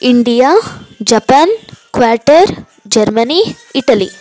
India Japan quarter Germany Italy